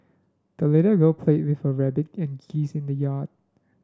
the little girl played with her rabbit and geese in the yard